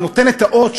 ונותן את האות,